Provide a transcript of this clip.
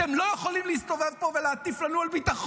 אתם לא יכולים להסתובב פה ולהטיף לנו על ביטחון,